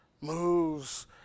moves